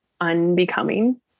unbecoming